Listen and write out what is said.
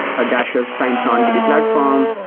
a dasher signs on to the platform.